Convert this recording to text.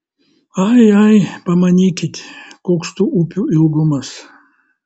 ai ai pamanykit koks tų upių ilgumas